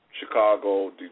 Chicago